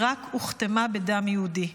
עיראק הוכתמה בדם יהודי.